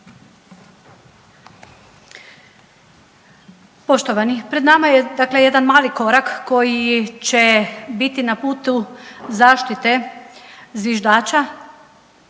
Poštovani pred nama je dakle jedan mali korak koji će biti na putu zaštite zviždača,